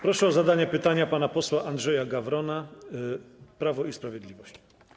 Proszę o zadanie pytania pana posła Andrzeja Gawrona, Prawo i Sprawiedliwość.